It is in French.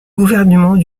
gouvernement